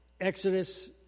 Exodus